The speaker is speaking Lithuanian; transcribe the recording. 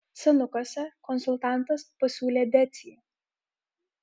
senukuose konsultantas pasiūlė decį